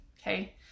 okay